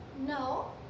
No